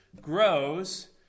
grows